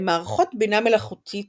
למערכות בינה מלאכותית